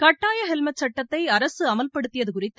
கட்டாய ஹெல்மெட் சட்டத்தை அரசு அமல்படுத்தியது குறித்து